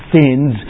sins